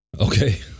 Okay